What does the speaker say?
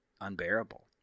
unbearable